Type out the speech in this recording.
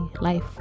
life